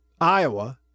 iowa